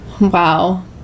wow